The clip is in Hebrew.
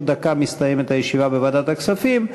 עוד דקה מסתיימת הישיבה בוועדת הכספים.